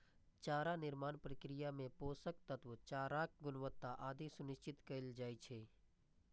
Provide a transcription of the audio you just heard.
चारा निर्माण प्रक्रिया मे पोषक तत्व, चाराक गुणवत्ता आदि सुनिश्चित कैल जाइ छै